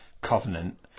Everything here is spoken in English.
Covenant